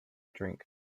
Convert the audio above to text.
drink